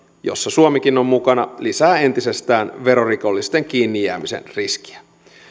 jossa suomikin on mukana lisää entisestään verorikollisten kiinnijäämisen riskiä